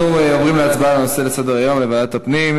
אנחנו עוברים להצבעה על העברת הנושא לוועדת הפנים.